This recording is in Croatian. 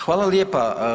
Hvala lijepa.